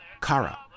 Kara